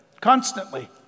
constantly